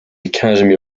academy